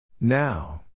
Now